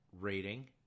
rating